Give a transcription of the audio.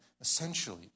essentially